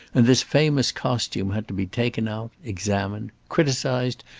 and this famous costume had to be taken out, examined, criticised,